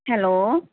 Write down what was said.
hello